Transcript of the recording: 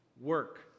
work